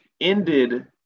ended